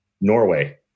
Norway